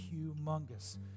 humongous